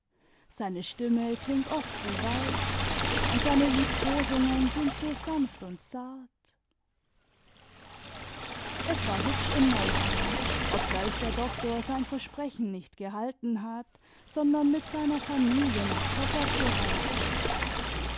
seine stimme klingt oft so weich imd seine liebkosungen sind so sanft und zart es war hübsch in nauheim obgleich der doktor sein versprechen nicht gehalten hat sondern mit seiner familie nach zoppot gereist ist